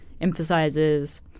emphasizes